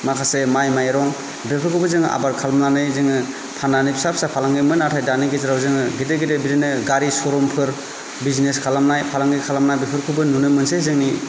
माखासे माइ माइरं बेफोरखौबो जोङो आबाद खालामनानै जोङो फाननानै फिसा फिसा फालांगिमोन नाथाय दानि गेजेराव जोङो गेदेर गेदेर बिदिनो गारि श'रुमफोर बिजनेस खालामनाय फालांगि खालामनाय बेफोरखौबो नुनो मोनसै जोंनि